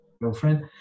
girlfriend